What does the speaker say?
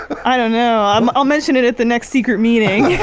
i don't know um i'll mention it at the next secret meeting